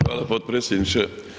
Hvala potpredsjedniče.